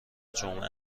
جمعه